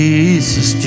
Jesus